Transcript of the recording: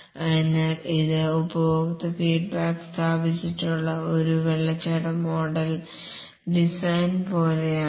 അതിനാൽ ഇത് ഉപഭോക്തൃ ഫീഡ്ബാക്ക് സ്ഥാപിച്ചഒരു വാട്ടർഫാൾ മോഡൽ ഡിസൈൻ പോലെയാണ്